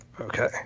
Okay